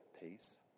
peace